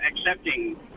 accepting